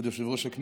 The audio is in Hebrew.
חברי הכנסת,